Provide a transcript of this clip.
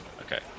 Okay